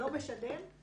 לא משלם,